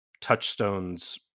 touchstones